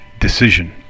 decision